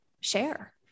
share